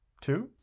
Two